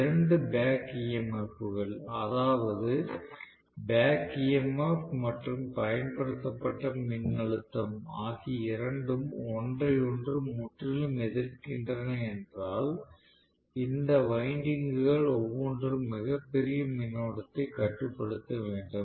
இரண்டு back EMF கள் அதாவது பேக் EMF மற்றும் பயன்படுத்தப்பட்ட மின்னழுத்தம் ஆகிய இரண்டும் ஒன்றை ஒன்று முற்றிலும் எதிர்க்கின்றன என்றால் இந்த வைண்டிங்க்குகள் ஒவ்வொன்றும் மிகப் பெரிய மின்னோட்டத்தைக் கட்டுப்படுத்த வேண்டும்